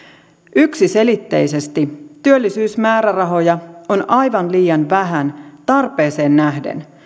yksiselitteisesti työllisyysmäärärahoja on aivan liian vähän tarpeeseen nähden